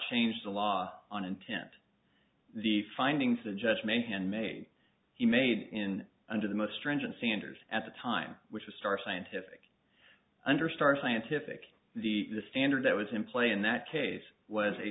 change the law on intent the findings the judge may hand may he made in under the most stringent standards at the time which was star scientific under star scientific the standard that was in play in that case was a